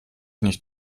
nicht